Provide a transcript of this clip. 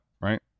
right